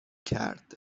کرد